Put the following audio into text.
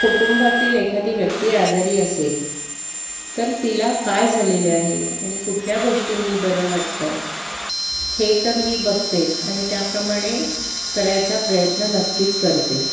कुटुंबातील एखादी व्यक्ती आजारी असेल तर तिला काय झालेले आहे आणि कुठल्या गोष्टींनी बरं वाटतं हे तर मी बघतेच आणि त्याप्रमाणे करायचा प्रयत्न नक्कीच करते